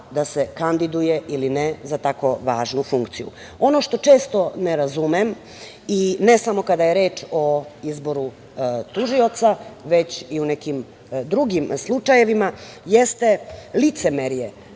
da se kandiduje ili ne, za tako važnu funkciju. Ono što često ne razumem i ne samo kada je reč o izboru tužioca, već i u nekim drugim slučajevima, jeste licemerje